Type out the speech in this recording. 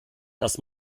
dass